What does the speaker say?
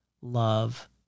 love